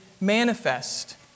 manifest